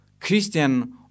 Christian